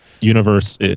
Universe